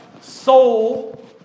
soul